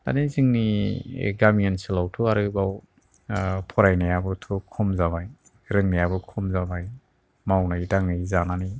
माने जोंनि गामि आनसोलावथ' आरो बाव फरायनायाबोथ' खम जाबाय रोंनायाबो खम जाबाय मावै दाङै जानानै